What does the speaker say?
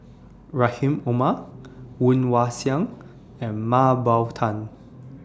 Rahim Omar Woon Wah Siang and Mah Bow Tan